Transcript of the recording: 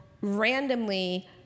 randomly